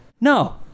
no